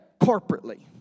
corporately